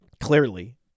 Clearly